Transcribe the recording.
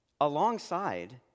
alongside